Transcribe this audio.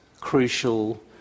crucial